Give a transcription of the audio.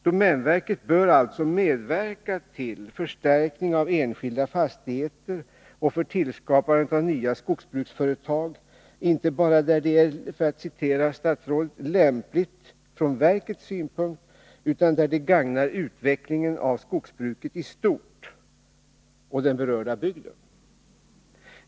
Domänverket bör alltså medverka till en förstärkning av enskilda fastigheter och tillskapandet av nya skogsbruksföretag, inte bara där det, för att citera statsrådet, är lämpligt ”från verkets synpunkt”, utan där det gagnar utvecklingen av skogsbruket i stort och den berörda bygden.